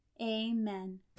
amen